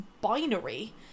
binary